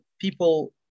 people